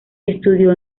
estudió